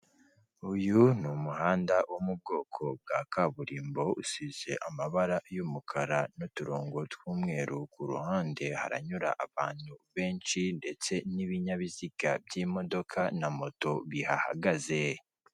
Uyu ni umuhanda wo mu bwoko bwa kaburimbo, usize amabara y'umukara n'uturongo tw'umweru, ku ruhande haranyura abantu benshi ndetse n'ibinyabiziga by'imodoka na moto bihahagaze.